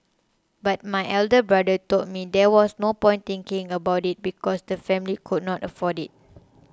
but my elder brother told me there was no point thinking about it because the family could not afford it